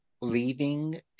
leaving